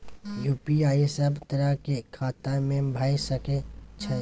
UPI सब तरह के खाता में भय सके छै?